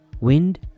Wind